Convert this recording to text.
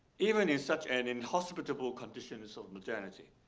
even in such an inhospitable conditions of modernity.